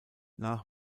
nach